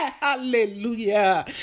Hallelujah